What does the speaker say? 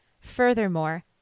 Furthermore